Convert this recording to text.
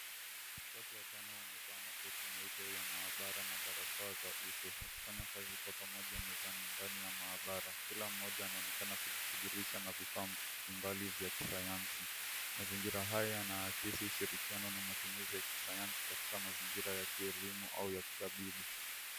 Watu watano wamevaa makoti meupe ya maabara na barakoa za uso, wakifanya kazi kwa pamoja mezani ndani ya maabara. Kila moja anaonekana anashughulisha mbali mbali ya kisayansi. Mazingira haya yanaakizi ushirikiano na matumizi ya kisayansi katika mazingira ya kielimu au ya kitabibu.